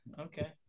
okay